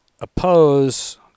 oppose